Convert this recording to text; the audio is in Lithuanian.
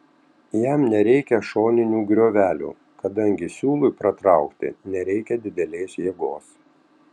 jam nereikia šoninių griovelių kadangi siūlui pratraukti nereikia didelės jėgos